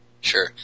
Sure